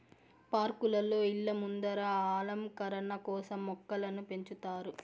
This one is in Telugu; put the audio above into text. పార్కులలో, ఇళ్ళ ముందర అలంకరణ కోసం మొక్కలను పెంచుతారు